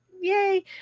Yay